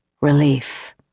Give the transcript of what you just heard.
relief